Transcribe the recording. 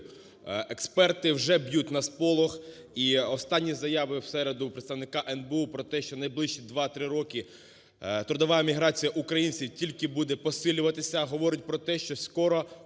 Експерти вже б'ють на сполох і останні заяви в середу представника НБУ про те, що в найближчі 2-3 роки трудова міграція українців тільки буде посилюватися, говорить про те, що скоро